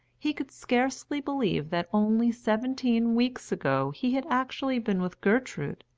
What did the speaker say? he could scarcely believe that only seventeen weeks ago he had actually been with gertrude,